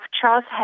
Charles